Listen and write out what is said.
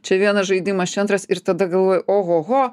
čia vienas žaidimas čia antras ir tada galvoji ohoho